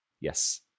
Yes